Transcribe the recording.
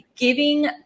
Giving